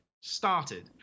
started